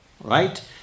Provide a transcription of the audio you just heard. Right